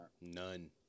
none